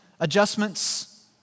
adjustments